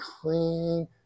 clean